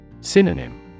Synonym